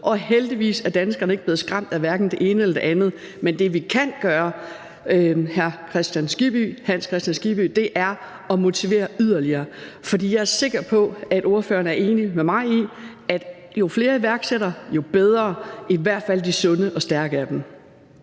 og heldigvis er danskerne ikke blevet skræmt, hverken af det ene eller det andet. Men det, vi kan gøre, hr. Hans Kristian Skibby, er at motivere yderligere. For jeg er sikker på, at ordføreren er enig med mig i, at jo flere iværksættere, jo bedre – i hvert fald de sunde og stærke af dem.